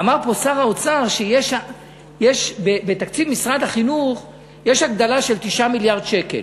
אמר פה שר האוצר שבתקציב משרד החינוך יש הגדלה של 9 מיליארד שקל.